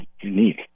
unique